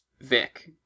Vic